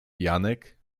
janek